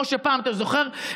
פעם, אתה זוכר,